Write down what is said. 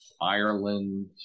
ireland